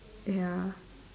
ya